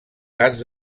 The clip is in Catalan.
cas